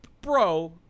bro